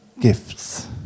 gifts